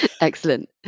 Excellent